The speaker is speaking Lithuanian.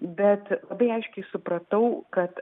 bet labai aiškiai supratau kad